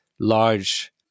large